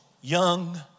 young